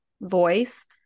voice